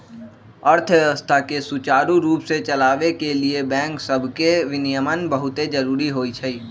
अर्थव्यवस्था के सुचारू रूप से चलाबे के लिए बैंक सभके विनियमन बहुते जरूरी होइ छइ